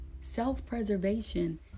self-preservation